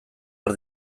har